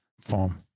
form